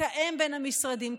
תתאם בין המשרדים,